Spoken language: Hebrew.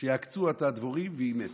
שיעקצו אותה הדבורים, והיא מתה.